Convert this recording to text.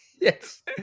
Yes